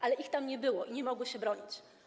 Ale ich tam nie było i nie mogły się bronić.